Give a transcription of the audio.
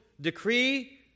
decree